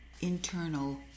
internal